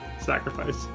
sacrifice